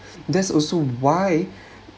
that's also why